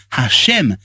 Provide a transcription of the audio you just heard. Hashem